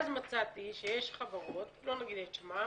מצאתי שיש חברות - לא נגיד את שמן